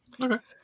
Okay